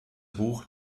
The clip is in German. buch